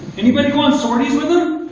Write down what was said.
anybody go on sorties with them?